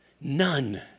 none